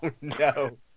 no